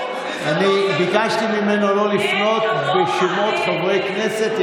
אני ביקשתי ממנו לא לפנות בשמות לחברי כנסת.